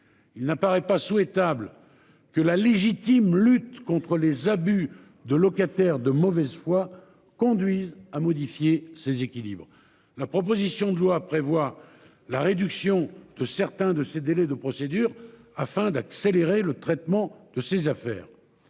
il n'apparaît pas souhaitable. Que la légitime lutte contre les abus de locataires de mauvaise foi conduisent à modifier ces équilibres. La proposition de loi prévoit la réduction de certains de ses délais de procédures afin d'accélérer le traitement de ces affaires.